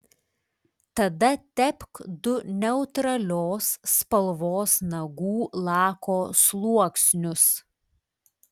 tada tepk du neutralios spalvos nagų lako sluoksnius